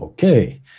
Okay